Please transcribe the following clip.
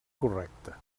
correcte